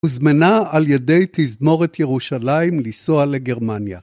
‫והוזמנה על ידי תזמורת ירושלים ‫לנסוע לגרמניה.